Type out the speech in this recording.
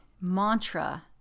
mantra